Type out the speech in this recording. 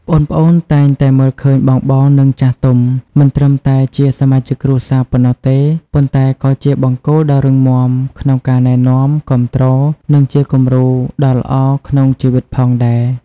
ប្អូនៗតែងតែមើលឃើញបងៗ និងចាស់ទុំ មិនត្រឹមតែជាសមាជិកគ្រួសារប៉ុណ្ណោះទេ ប៉ុន្តែក៏ជា បង្គោលដ៏រឹងមាំ ក្នុងការណែនាំ គាំទ្រ និងជាគំរូដ៏ល្អក្នុងជីវិតផងដែរ។